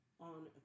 on